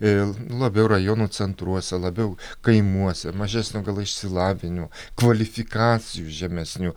e labiau rajonų centruose labiau kaimuose mažesnio išsilavinimo kvalifikacijų žemesnių